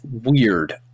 weird